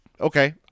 okay